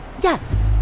Yes